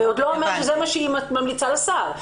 זה עוד לא אומר שזה מה שהיא ממליצה לשר.